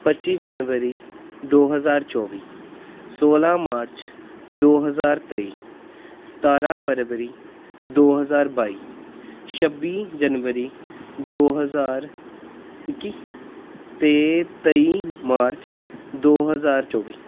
ਪੱਚੀ ਜਨਵਰੀ ਦੋ ਹਜ਼ਾਰ ਚੌਵੀ ਸੋਲਾਂ ਮਾਰਚ ਦੋ ਹਜ਼ਾਰ ਤੇਈ ਸਤਾਰਾਂ ਫਰਵਰੀ ਦੋ ਹਜ਼ਾਰ ਬਾਈ ਛੱਬੀ ਜਨਵਰੀ ਦੋ ਹਜ਼ਾਰ ਇੱਕੀ ਅਤੇ ਤੇਈ ਮਾਰਚ ਦੋ ਹਜ਼ਾਰ ਚੌਵੀ